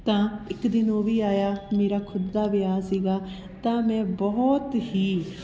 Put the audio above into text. ਤਾਂ ਇੱਕ ਦਿਨ ਉਹ ਵੀ ਆਇਆ ਮੇਰਾ ਖੁਦ ਦਾ ਵਿਆਹ ਸੀਗਾ ਤਾਂ ਮੈਂ ਬਹੁਤ ਹੀ